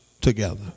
together